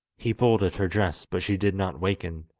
he pulled at her dress, but she did not waken.